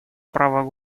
право